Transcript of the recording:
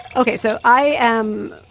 okay. so i am